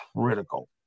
critical